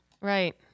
Right